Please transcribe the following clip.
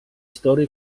storia